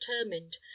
determined